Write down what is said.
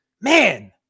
man